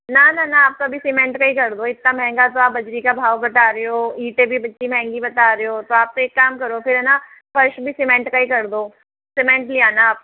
न न न आप अभी सीमेंट का ही कर दो इतना महंगा तो आप बजरी का भाव बता रहे हो ईंटें भी इतनी महंगी बता रहे हो तो आप तो एक काम करो है न फर्श भी सीमेंट का ही कर दो सीमेंट ले आना आप